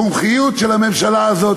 המומחיות של הממשלה הזאת,